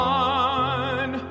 one